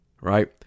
right